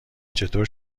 چطور